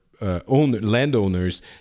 landowners